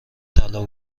طلا